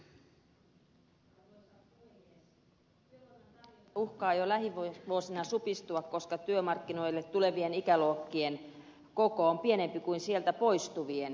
työvoiman tarjonta uhkaa jo lähivuosina supistua koska työmarkkinoille tulevien ikäluokkien koko on pienempi kuin sieltä poistuvien